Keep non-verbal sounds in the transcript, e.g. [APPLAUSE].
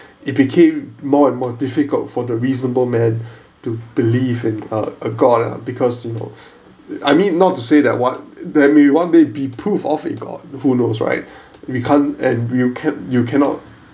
it became more and more difficult for the reasonable men [BREATH] to believe in uh god ah because you know I mean not to say that what there may one day be proof of a god who knows right we can't and you can't you cannot